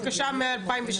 בבקשה, מ-2016.